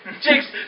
jigs